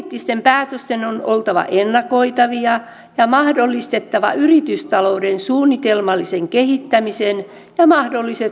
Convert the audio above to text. poliittisten päätösten on oltava ennakoitavia ja niiden on mahdollistettava yritystalouden suunnitelmallinen kehittäminen ja mahdolliset sukupolvenvaihdokset